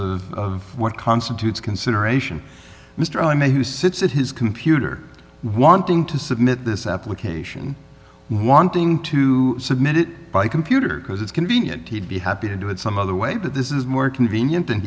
assumptions of what constitutes consideration mr i mean who sits at his computer wanting to submit this application wanting to submit it by computer because it's convenient he'd be happy to do it some other way but this is more convenient and